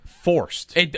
forced